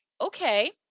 okay